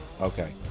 Okay